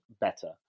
better